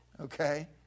Okay